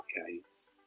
arcades